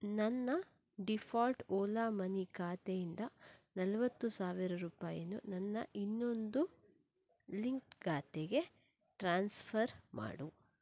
ನನ್ನ default Ola Money ಖಾತೆಯಿಂದ ನಲ್ವತ್ತು ಸಾವಿರ ರೂಪಾಯಿಯನ್ನು ನನ್ನ ಇನ್ನೊಂದು ಲಿಂಕ್ಡ್ ಖಾತೆಗೆ ಟ್ರಾನ್ಸ್ಫರ್ ಮಾಡು